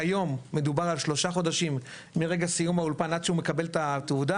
כיום מדובר על שלושה חודשים מרגע סיום האולפן עד הוא מקבל את התעודה